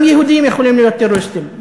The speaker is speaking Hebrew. גם יהודים יכולים להיות טרוריסטים.